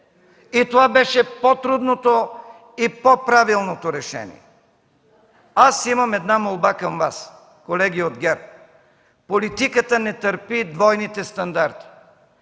и това беше по-трудното и по-правилното решение. Аз имам една молба към Вас. Колеги от ГЕРБ, политиката не търпи двойните стандарти.